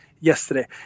yesterday